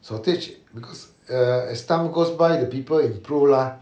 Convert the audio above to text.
shortage because err as time goes by the people improve lah